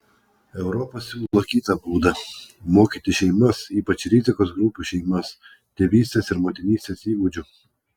europa siūlo kitą būdą mokyti šeimas ypač rizikos grupių šeimas tėvystės ir motinystės įgūdžių